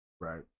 right